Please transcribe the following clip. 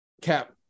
cap